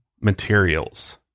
materials